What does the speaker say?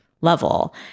level